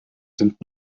sind